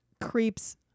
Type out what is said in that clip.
creeps